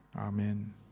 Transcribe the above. Amen